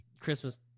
christmas